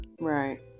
Right